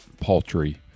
paltry